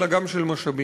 אלא גם של משאבים.